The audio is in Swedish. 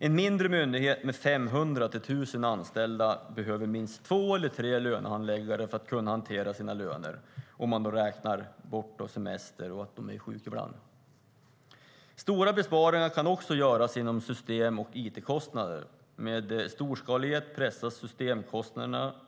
En mindre myndighet med 500-1 000 anställda behöver minst två eller tre lönehandläggare för att kunna hantera sina löner, om man räknar bort semester och att de är sjuka ibland. Stora besparingar kan också göras inom system och it-kostnader. Med storskalighet pressas systemkostnaderna.